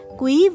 quý